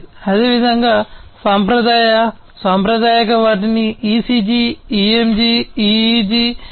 అదేవిధంగా సాంప్రదాయ సాంప్రదాయక వాటిని ECG EMG EEG వేర్వేరు సెన్సార్లు ఉపయోగించవచ్చు